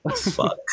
fuck